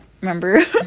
remember